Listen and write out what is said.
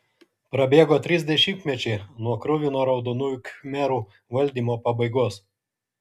prabėgo trys dešimtmečiai nuo kruvino raudonųjų khmerų valdymo pabaigos